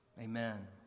Amen